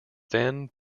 then